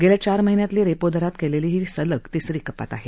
गेल्या चार महिन्यातली रेपो दरात केलेली ही सलग तिसरी कपात आहे